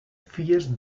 fies